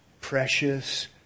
precious